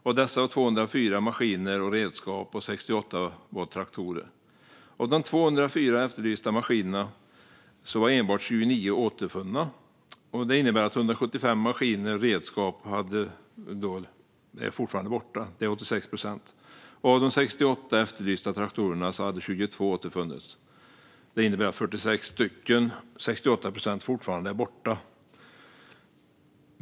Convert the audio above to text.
Av dessa var 204 maskiner och redskap och 68 traktorer. Av de 204 efterlysta maskinerna återfanns enbart 29 stycken, vilket innebär att 75 maskiner och redskapen fortfarande är borta, Det är 86 procent. Av de 68 efterlysta traktorerna hade 22 återfunnits, vilket innebär att 46 stycken, eller 68 procent, fortfarande är borta.